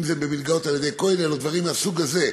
אם זה במלגות על-ידי כולל או דברים מהסוג הזה,